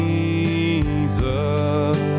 Jesus